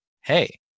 hey